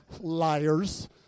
Liars